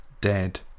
dead